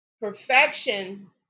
perfection